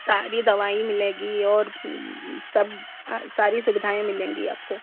सारी दवाई मिलेगी और सब सारी सुविधाएँ मिलेगी आपको